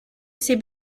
ces